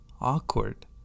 awkward